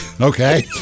Okay